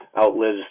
outlives